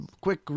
quick